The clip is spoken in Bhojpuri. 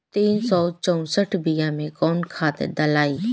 तीन सउ चउसठ बिया मे कौन खाद दलाई?